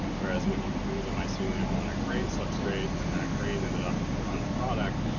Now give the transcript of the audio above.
whereas when you grew the mycelium on a grain substrate and that grain ended up in the final product,